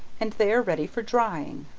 and they are ready for drying.